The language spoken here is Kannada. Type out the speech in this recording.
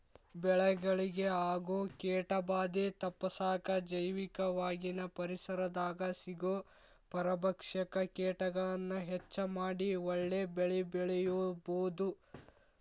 ಬೆಳೆಗಳಿಗೆ ಆಗೋ ಕೇಟಭಾದೆ ತಪ್ಪಸಾಕ ಜೈವಿಕವಾಗಿನ ಪರಿಸರದಾಗ ಸಿಗೋ ಪರಭಕ್ಷಕ ಕೇಟಗಳನ್ನ ಹೆಚ್ಚ ಮಾಡಿ ಒಳ್ಳೆ ಬೆಳೆಬೆಳಿಬೊದು